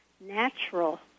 natural